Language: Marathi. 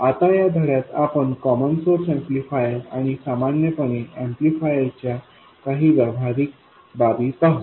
आता या धड्यात आपण कॉमन सोर्स ऍम्प्लिफायर आणि सामान्यपणे ऍम्प्लिफायर च्या काही व्यावहारिक बाबी पाहू